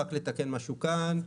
רק לתקן משהו כאן,